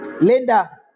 Linda